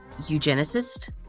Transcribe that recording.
eugenicist